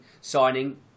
signing